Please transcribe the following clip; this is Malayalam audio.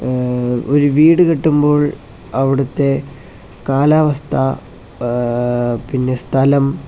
ഒരു വീടു കെട്ടുമ്പോൾ അവിടുത്തെ കാലാവസ്ഥ പിന്നെ സ്ഥലം